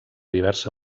diversa